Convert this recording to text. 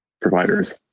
providers